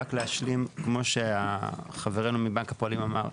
רק להשלים, כמו שחברינו מבנק הפועלים אמר.